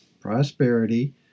prosperity